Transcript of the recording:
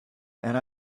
and